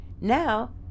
Now